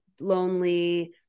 lonely